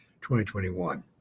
2021